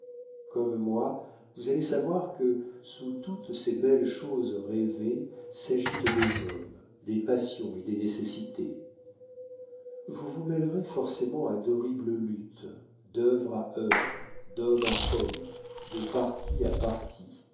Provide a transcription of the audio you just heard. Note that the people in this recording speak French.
comme moi vous allez savoir que sous toutes ces belles choses rêvées s'agitent des hommes des passions et des nécessités vous vous mêlerez forcément à d'horribles luttes d'œuvre à œuvre d'homme à homme de parti à parti